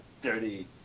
dirty